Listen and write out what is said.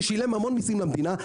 ששילם המון מיסים למדינה,